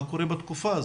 מה קורה בתקופה הזו?